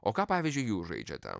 o ką pavyzdžiui jūs žaidžiate